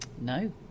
no